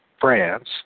France